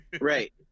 Right